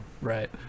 Right